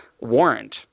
warrant